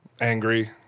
angry